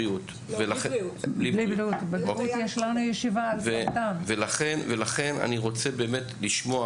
ולכן אני רוצה באמת לשמוע